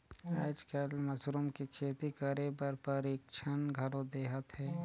आयज कायल मसरूम के खेती करे बर परिक्छन घलो देहत हे